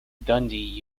dundee